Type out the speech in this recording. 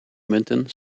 munten